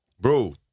Bro